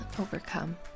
overcome